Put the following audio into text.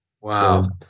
Wow